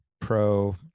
pro